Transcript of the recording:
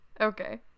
Okay